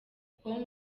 com